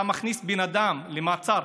אתה מכניס בן אדם למעצר.